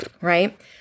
right